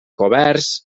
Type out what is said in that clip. coberts